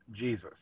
Jesus